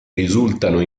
risultano